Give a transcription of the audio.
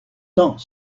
temps